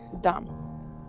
Dumb